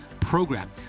program